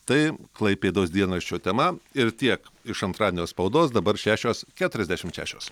tai klaipėdos dienraščio tema ir tiek iš antradienio spaudos dabar šešios keturiasdešimt šešios